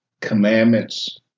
Commandments